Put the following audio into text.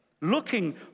looking